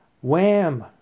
Wham